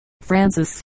Francis